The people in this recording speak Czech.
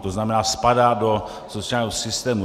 To znamená, spadá do sociálního systému.